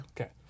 Okay